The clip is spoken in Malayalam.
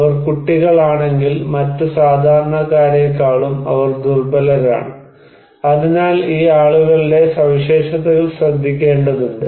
അവർ കുട്ടികളാണെങ്കിൽ മറ്റ് സാധാരണക്കാരേക്കാളും അവർ ദുർബലരാണ് അതിനാൽ ഈ ആളുകളുടെ സവിശേഷതകൾ ശ്രദ്ധിക്കേണ്ടതുണ്ട്